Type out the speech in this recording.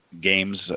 games